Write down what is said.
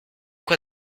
quoi